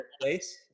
place